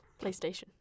PlayStation